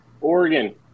Oregon